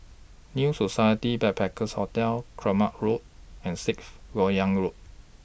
New Society Backpackers' Hotel Kramat Road and Sixth Lok Yang Road